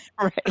right